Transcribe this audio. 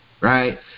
right